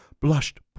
blushed